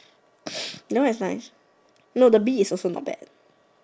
no is fine no the Bee is also not bad